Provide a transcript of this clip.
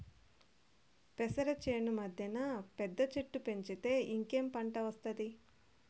పెసర చేను మద్దెన పెద్ద చెట్టు పెంచితే ఇంకేం పంట ఒస్తాది